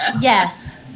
Yes